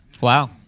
Wow